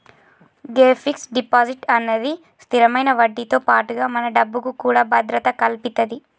గే fix deposit అన్నది స్థిరమైన వడ్డీతో పాటుగా మన డబ్బుకు కూడా భద్రత కల్పితది